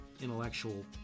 intellectual